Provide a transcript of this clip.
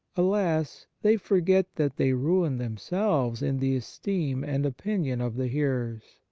alas! they forget that they ruin themselves in the esteem and opinion of the hearers.